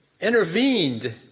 intervened